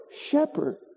Shepherd